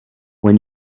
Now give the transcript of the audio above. when